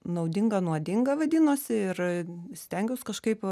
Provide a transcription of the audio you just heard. naudinga nuodinga vadinosi ir stengiaus kažkaip